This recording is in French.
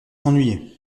s’ennuyer